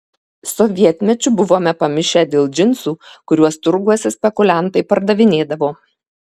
sovietmečiu buvome pamišę dėl džinsų kuriuos turguose spekuliantai pardavinėdavo